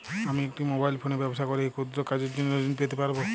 আমি একটি মোবাইল ফোনে ব্যবসা করি এই ক্ষুদ্র কাজের জন্য ঋণ পেতে পারব?